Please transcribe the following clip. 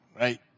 right